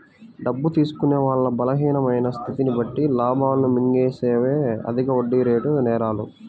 డబ్బు తీసుకునే వాళ్ళ బలహీనమైన స్థితిని బట్టి లాభాలను మింగేసేవే అధిక వడ్డీరేటు నేరాలు